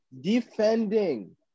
defending